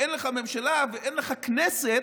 כשאין לך ממשלה ואין לך כנסת,